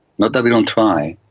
not that we don't try,